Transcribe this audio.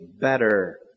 better